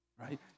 right